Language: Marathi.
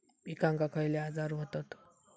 पिकांक खयले आजार व्हतत?